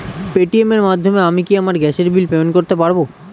Paytm এর মাধ্যমে আমি কি আমার গ্যাসের বিল পেমেন্ট করতে পারব?